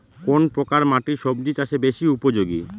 কোন প্রকার মাটি সবজি চাষে বেশি উপযোগী?